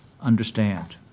understand